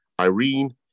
Irene